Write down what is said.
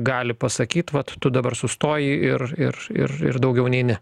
gali pasakyti vat tu dabar sustoji ir ir ir ir daugiau nei ne